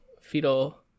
fetal